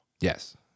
Yes